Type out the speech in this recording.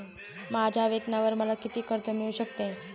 माझ्या वेतनावर मला किती कर्ज मिळू शकते?